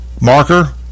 marker